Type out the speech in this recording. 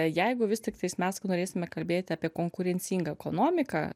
jeigu vis tiktais mes norėsime kalbėti apie konkurencingą ekonomiką